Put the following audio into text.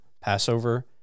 Passover